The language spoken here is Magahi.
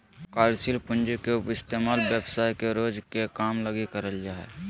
कार्यशील पूँजी के इस्तेमाल व्यवसाय के रोज के काम लगी करल जा हय